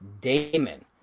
Damon